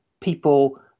people